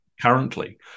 currently